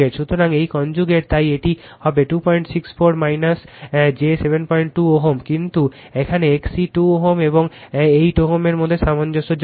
সুতরাং এটি কনজুগেট তাই এটি হবে 264 j 72 Ω কিন্তু এখন XC 2 Ω এবং 8 Ω এর মধ্যে সামঞ্জস্যযোগ্য